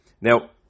Now